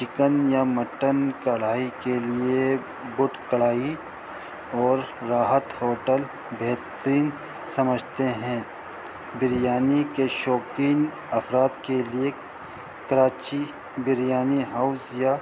chicken یا mutton karahi کے لیے بوٹ کڑھائی اور راحت ہوٹل بہترین سمجھتے ہیں بریانی کے شوقین افراد کے لیے کراچی بریانی ہاؤس یا